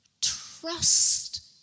trust